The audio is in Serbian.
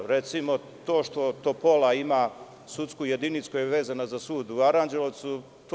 Recimo, to što Topola ima sudsku jedinicu koja je vezana za sud u Aranđelovcu je dobro.